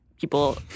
people